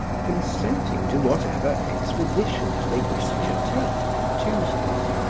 consenting to whatever expeditions they wished to take on tuesdays,